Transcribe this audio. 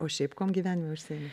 o šiaip kuom gyvenime užsiimi